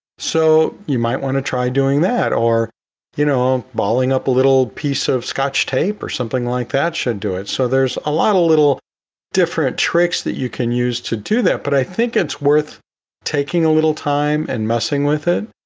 so you might want to try doing that or you know balling up a little piece of scotch tape or something like that should do it. so there's a lot of little different tricks that you can use to do that. but i think it's worth taking a little time and messing with it.